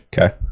Okay